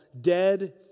dead